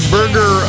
Burger